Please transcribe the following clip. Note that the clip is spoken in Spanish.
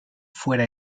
fuera